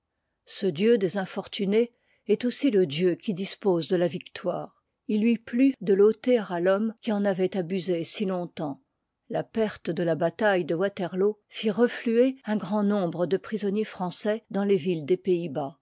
ce dieu des infortunes est aussi le dieu liv qui dispose de la victoire il lui plut de l'ôter à rhomme qui en avoit abusé si longtemps la perte de la bataille de waterloo fit refluer un grand nombre de prisonniers français dans les villes des pays-bas